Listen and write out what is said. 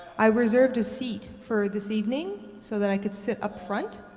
i reserved a seat for this evening, so that i could sit up front,